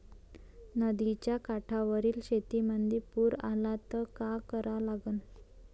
नदीच्या काठावरील शेतीमंदी पूर आला त का करा लागन?